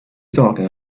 talking